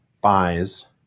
buys